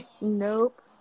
Nope